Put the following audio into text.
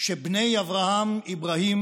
שבני אברהם-אברהים